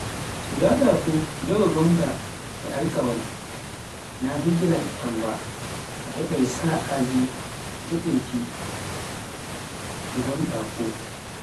so njaɗa fuu jooga gonga, e alkawal, naa higiraaɓe tan ba a heɓai sa'aji jaɓeeki to ngonda fuuf.